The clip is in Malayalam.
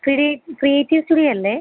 ക്രിവീ ക്രിയേറ്റീവ് സ്റ്റുഡിയോ അല്ലേ